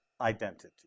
identity